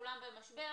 כולם במשבר,